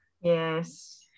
yes